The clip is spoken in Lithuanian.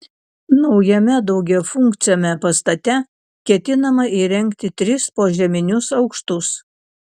naujame daugiafunkciame pastate ketinama įrengti tris požeminius aukštus